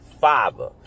father